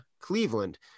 Cleveland